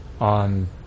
on